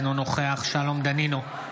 אינו נוכח שלום דנינו,